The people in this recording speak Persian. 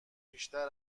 بیشتر